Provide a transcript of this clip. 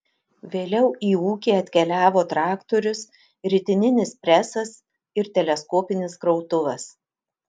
vėliau į ūkį atkeliavo traktorius ritininis presas ir teleskopinis krautuvas